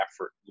effort